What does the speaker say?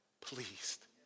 pleased